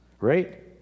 right